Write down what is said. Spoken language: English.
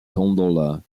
gondola